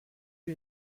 you